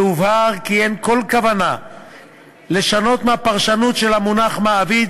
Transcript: והובהר כי אין כל כוונה לשנות מהפרשנות של המונח "מעביד"